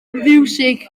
fiwsig